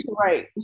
right